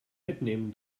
mitnehmen